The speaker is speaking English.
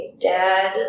dad